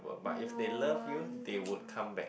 no wonder